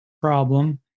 problem